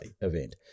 event